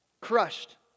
Crushed